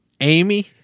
Amy